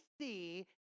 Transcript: see